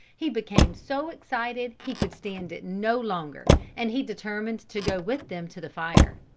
he became so excited he could stand it no longer and he determined to go with them to the fire.